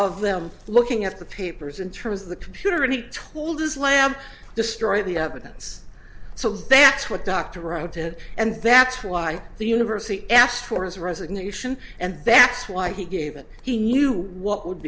of them looking at the papers in terms of the computer and he told his lamp destroy the evidence so that's what dr wrote it and that's why the university asked for his resignation and that's why he gave it he knew what would